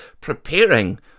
preparing